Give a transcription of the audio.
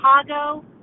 Chicago